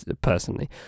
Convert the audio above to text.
personally